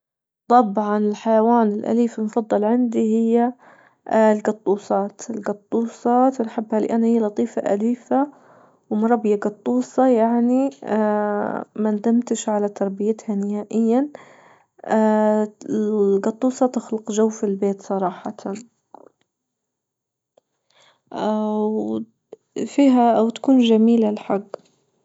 طبعا الحيوان الأليف المفضل عندي هي القطوسات، القطوسات تنحبها لأنها لطيفة أليفة، ومربية قطوسة يعني ما ندمتش على تربيتها نهائيا، اه القطوسة تخلق جو في البيت صراحة، فيها و تكون جميلة الحق.